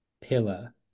pillar